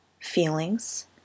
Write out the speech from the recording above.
feelings